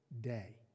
day